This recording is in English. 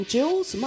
Jules